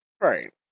Right